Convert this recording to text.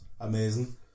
Amazing